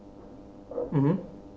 mmhmm